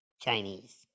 Chinese